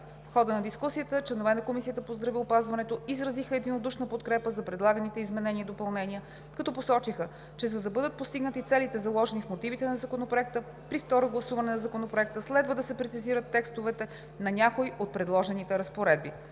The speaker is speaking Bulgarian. В хода на дискусията членовете на Комисията по здравеопазването изразиха единодушна подкрепа за предлаганите изменения и допълнения, като посочиха, че за да бъдат постигнати целите, заложени в мотивите на Законопроекта, при второ гласуване на Законопроекта следва да се прецизират текстовете на някои от предложените разпоредби.